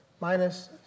minus